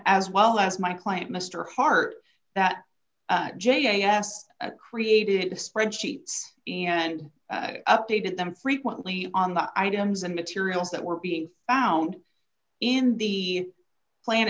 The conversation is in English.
as well as my client mr hart that j s created a spreadsheet and updated them frequently on the items and materials that were being found in the plant